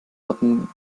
hatten